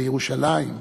לירושלים,